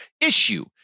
issue